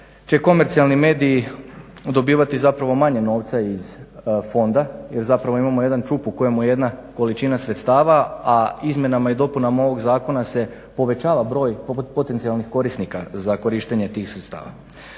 će komercijalni mediji dobivati zapravo manje novca iz fonda jer zapravo imamo jedan ćup u kojemu je jedna količina sredstava, a izmjenama i dopunama ovog zakona se povećava broj potencijalnih korisnika za korištenje tih sredstava.